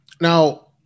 Now